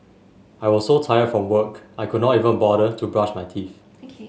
I was so tired from work I could not even bother to brush my teeth